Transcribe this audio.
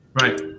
Right